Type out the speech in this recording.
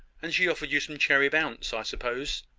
and she offered you some cherry-bounce, i suppose.